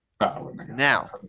Now